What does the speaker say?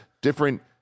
different